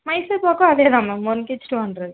மைசூர்பாக்கும் அதே தான் ma'am one KG two hundred